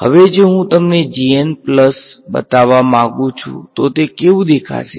હવે જો હું તમને પ્લસ બતાવવા માંગુ છું તો તે કેવું દેખાશે